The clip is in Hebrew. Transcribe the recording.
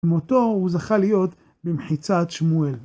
כמותו הוא זכה להיות במחיצת שמואל.